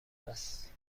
است